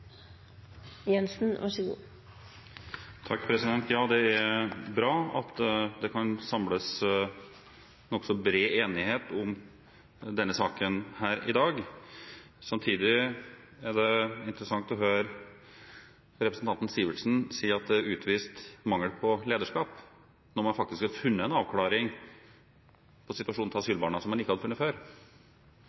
Det er bra at det kan samles nokså bred enighet om denne saken her i dag. Samtidig er det interessant å høre representanten Sivertsen si at det er utvist mangel på lederskap, når man faktisk har funnet en avklaring på situasjonen for asylbarna som man ikke hadde funnet før.